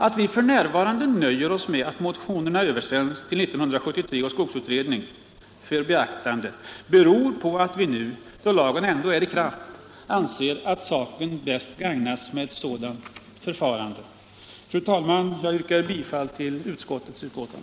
Att vi f. n. nöjer oss med att motionerna översänts till 1973 års skogsutredning för beaktande beror på att vi nu, då lagen ändå är i kraft, anser att saken bäst gagnas av ett sådant förfarande. Fru talman! Jag yrkar bifall till utskottets hemställan.